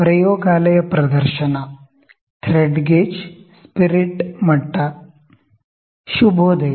ಪ್ರಯೋಗಾಲಯ ಪ್ರದರ್ಶನ thread gauge spirit ಮಟ್ಟ ಶುಭೋದಯ